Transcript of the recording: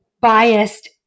biased